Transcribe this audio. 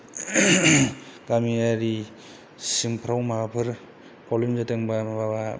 गामियारि सिंफोराव माबाफोर प्रब्लेम जादों बा माबा